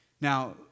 Now